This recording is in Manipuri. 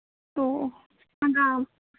ꯑꯣ ꯑꯣ ꯍꯪꯒꯥꯝ